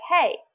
Hey